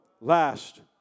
last